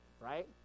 right